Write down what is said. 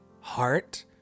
heart